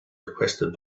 requested